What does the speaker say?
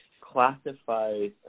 classifies